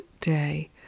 day